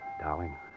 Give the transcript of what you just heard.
Darling